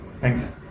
Thanks